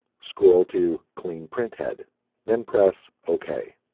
scroll to clean printhead then press ok